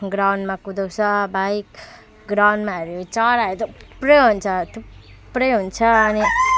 ग्राउन्डमा कुदाउँछ बाइक ग्राउन्डमा हेर्यो चराहरू त थुप्रै हुन्छ थुप्रै हुन्छ अनि